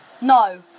No